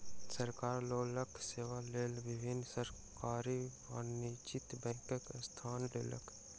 सरकार लोकक सेवा लेल विभिन्न सरकारी वाणिज्य बैंकक स्थापना केलक